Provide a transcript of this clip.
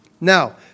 Now